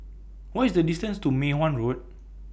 What IS The distance to Mei Hwan Road